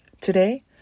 Today